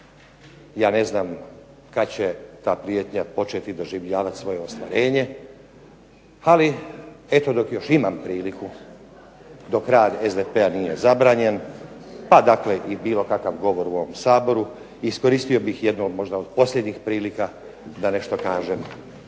Ja ne znam kada će ta prijetnja početi doživljavati svoje ostvarenje, ali eto dok još imam priliku dok rad SDP-a nije zabranjen pa dakle bilo kakav govor u ovom Saboru iskoristio bih jednu možda od posljednjih prilika da nešto kažem